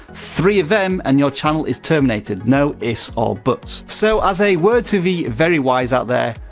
three of them, and your channel is terminated no ifs or buts. so as a word to the very wise out there,